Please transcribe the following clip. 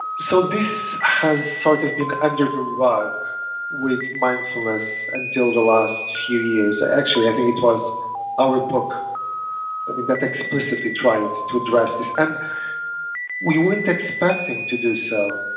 so this has sort of been under the rug with mindfulness until the last few years. actually, i think it was our book that explicitly tried to address this. and we weren't expecting to do so.